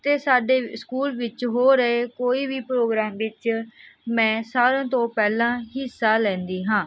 ਅਤੇ ਸਾਡੇ ਸਕੂਲ ਵਿੱਚ ਹੋ ਰਹੇ ਕੋਈ ਵੀ ਪ੍ਰੋਗਰਾਮ ਵਿੱਚ ਮੈਂ ਸਾਰਿਆਂ ਤੋਂ ਪਹਿਲਾਂ ਹਿੱਸਾ ਲੈਂਦੀ ਹਾਂ